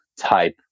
type